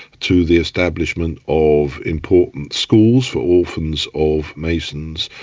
to the establishment of important schools for orphans of masons,